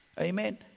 Amen